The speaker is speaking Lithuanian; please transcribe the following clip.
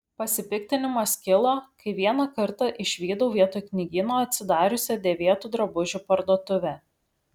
pasipiktinimas kilo kai vieną kartą išvydau vietoj knygyno atsidariusią dėvėtų drabužių parduotuvę